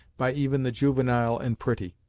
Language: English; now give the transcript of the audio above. by even the juvenile and pretty.